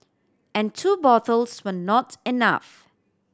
and two bottles were not enough